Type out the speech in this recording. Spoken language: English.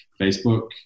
Facebook